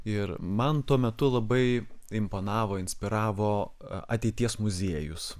ir man tuo metu labai imponavo inspiravo ateities muziejus